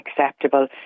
acceptable